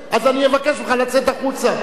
אז אני אבקש ממך לצאת החוצה.